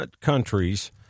countries